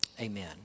Amen